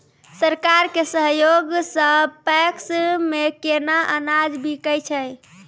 सरकार के सहयोग सऽ पैक्स मे केना अनाज बिकै छै?